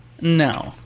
No